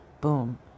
Boom